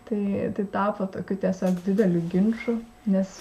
tai tai tapo tokiu tiesiog dideliu ginču nes